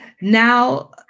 Now